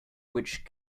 which